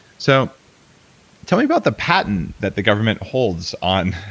so tell me about the patent that the government holds on